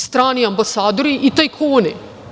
Strani ambasadori i tajkuni.